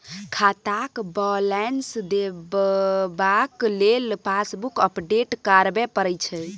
खाताक बैलेंस देखबाक लेल पासबुक अपडेट कराबे परय छै